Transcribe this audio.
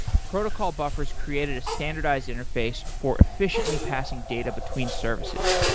protocol buffers created a standardized interface for efficiently passing data between services.